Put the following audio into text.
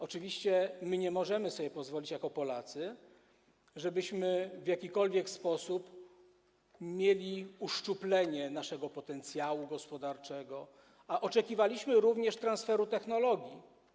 Oczywiście nie możemy sobie pozwolić jako Polacy, żebyśmy w jakikolwiek sposób uszczuplili nasz potencjał gospodarczy, a oczekiwaliśmy również transferu technologii.